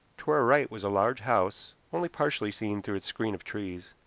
to our right was a large house, only partially seen through its screen of trees,